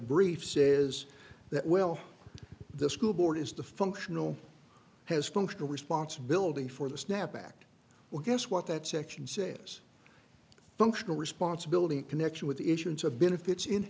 briefs is that well the school board is the functional has functional responsibility for the snapback well guess what that section saves functional responsibility connection with the issuance of benefits in